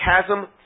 chasm